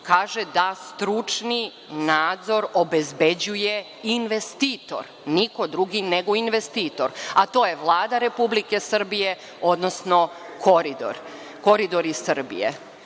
kaže da stručni nadzor obezbeđuje investitor, niko drugi nego investitor, a to je Vlada Republike Srbije, odnosno Koridori Srbije.